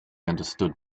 understood